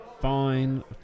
Fine